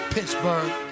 Pittsburgh